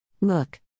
Look